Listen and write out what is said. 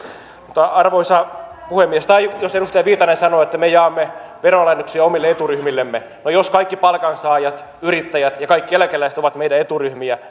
mutta arvoisa puhemies jos edustaja viitanen sanoo että me jaamme veronalennuksia omille eturyhmillemme no jos kaikki palkansaajat yrittäjät ja kaikki eläkeläiset ovat meidän eturyhmiämme